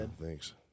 thanks